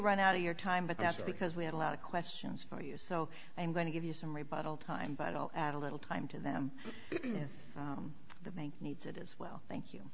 run out of your time but that's because we have a lot of questions for you so i'm going to give you some rebuttal time but i'll add a little time to them if the bank needs it as well thank you